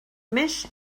més